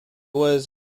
was